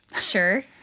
Sure